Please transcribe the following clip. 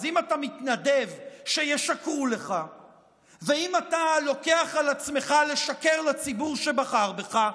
אז אם אתה מתנדב שישקרו לך ואם אתה לוקח על עצמך לשקר לציבור שבחר בך,